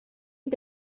had